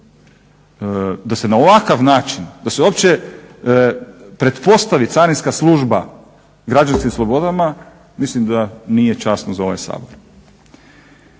da se na ovakav način, da se uopće pretpostavi Carinska služba građanskim slobodama, mislim da nije časno za ovaj Sabor.